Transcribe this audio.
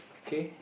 okay